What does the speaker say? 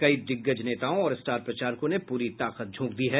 कई दिग्गज नेताओं और स्टार प्रचारकों ने पूरी ताकत झोंक दी है